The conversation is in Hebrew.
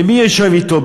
ומי יושב אתו?